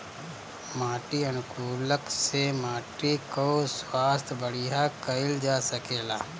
माटी अनुकूलक से माटी कअ स्वास्थ्य बढ़िया कइल जा सकेला